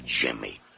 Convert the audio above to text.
Jimmy